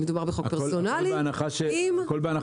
שמדובר בחוק פרסונלי -- הכול בהנחה